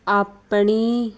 ਆਪਣੀ